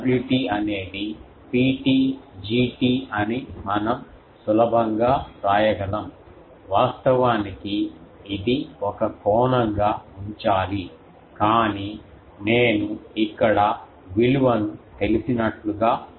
Wt అనేది Pt Gt అని మనం సులభంగా వ్రాయగలం వాస్తవానికి ఇది ఒక కోణంగా ఉంచాలి కాని నేను ఇక్కడ విలువను తెలిసినట్లుగా వ్రాస్తున్నాను